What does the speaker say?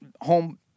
home